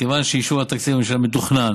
מכיוון שאישור התקציב בממשלה מתוכנן